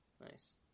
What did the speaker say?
nice